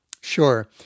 Sure